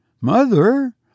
mother